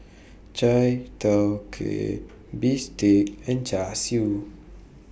Chai Tow Kway Bistake and Char Siu